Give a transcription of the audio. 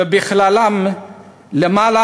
ובכללם למעלה